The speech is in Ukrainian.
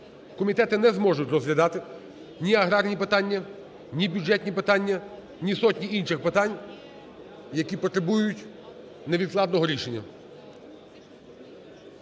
комітети не зможуть розглядати ні аграрні питання, ні бюджетні питання, ні сотні інших питань, які потребують невідкладного рішення.